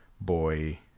boy